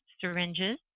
syringes